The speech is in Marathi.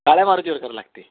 काळ्या मारुतीवर करावं लागते